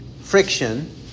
friction